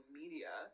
media